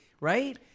right